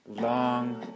Long